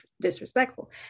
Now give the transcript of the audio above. disrespectful